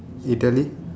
Italy